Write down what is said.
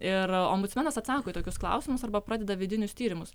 ir ombudsmenas atsako į tokius klausimus arba pradeda vidinius tyrimus